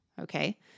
Okay